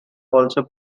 also